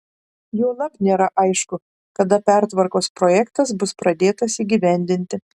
juolab nėra aišku kada pertvarkos projektas bus pradėtas įgyvendinti